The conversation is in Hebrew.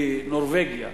מנורבגיה,